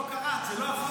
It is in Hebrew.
לא קראת, זה לא החוק.